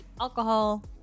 alcohol